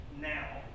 now